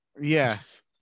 Yes